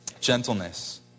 Gentleness